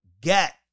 get